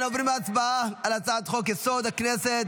אנו עוברים להצבעה על הצעת חוק-יסוד: הכנסת